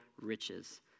riches